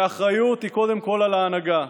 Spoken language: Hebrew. והאחריות היא קודם כול על ההנהגה,